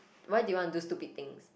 why do you want do stupid things